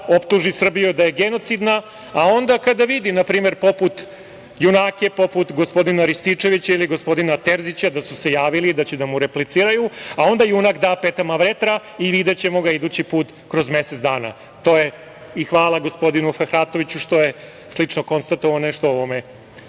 optuži Srbiju da je genocidna. Onda kada vidi junake, poput gospodina Rističevića ili gospodina Terzića da su se javili, da će da mu repliciraju, a onda junak da petama vetra i videćemo ga idući put kroz mesec dana. Hvala gospodinu Fehratoviću što je slično konstatovao nešto o ovome